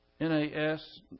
NAS